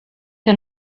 que